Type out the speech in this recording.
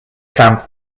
camp